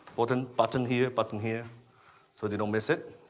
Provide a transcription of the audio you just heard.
button, button here, button here so they don't miss it.